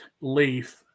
leaf